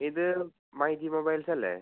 ഇത് my G മൊബൈൽസല്ലേ